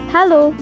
Hello